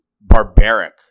barbaric